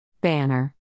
Banner